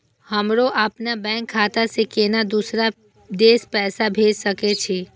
हमरो अपने बैंक खाता से केना दुसरा देश पैसा भेज सके छी?